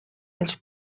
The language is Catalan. els